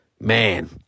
Man